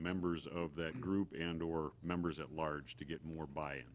members of that group and or members at large to get more